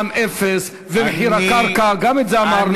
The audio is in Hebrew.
מע"מ אפס ומחיר הקרקע, גם את זה אמרנו.